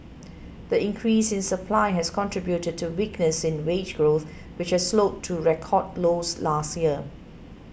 the increase in supply has contributed to weakness in wage growth which slowed to record lows last year